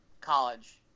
college